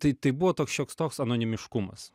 tai tai buvo toks šioks toks anonimiškumas